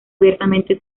abiertamente